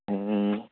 હા